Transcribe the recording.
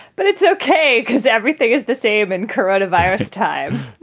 but it's okay because everything is the same in corona virus time.